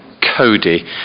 Cody